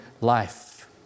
life